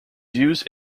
used